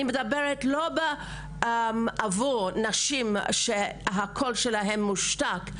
אני מדברת לא עבור נשים שהקול שלהן מושתק.